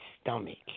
stomach